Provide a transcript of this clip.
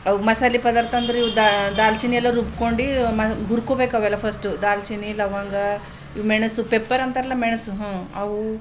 ಅವು ಮಸಾಲೆ ಪದಾರ್ಥ ಅದರ ಇವು ದಾಲ್ಚಿನ್ನಿ ಎಲ್ಲ ರುಬ್ಕೊಂಡು ಮ ಹುರ್ಕೋಬೇಕವೆಲ್ಲ ಫಸ್ಟು ದಾಲ್ಚಿನ್ನಿ ಲವಂಗ ಮೆಣಸು ಪೆಪ್ಪರ್ ಅಂತಾರಲ್ಲ ಮೆಣಸು ಹ್ಞೂ ಅವು